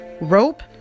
rope